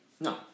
No